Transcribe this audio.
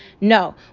No